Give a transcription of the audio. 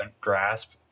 grasp